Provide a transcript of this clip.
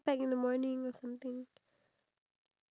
ya true me too